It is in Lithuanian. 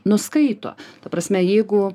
nuskaito ta prasme jeigu